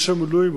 איש המילואים,